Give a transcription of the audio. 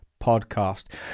podcast